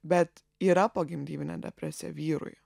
bet yra pogimdyminė depresija vyrui